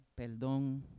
perdón